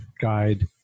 guide